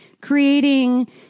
creating